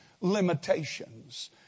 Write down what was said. limitations